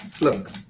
look